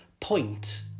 point